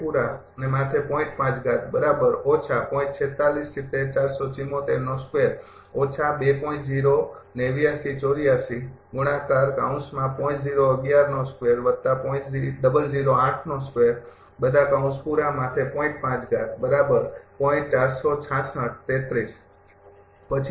પછી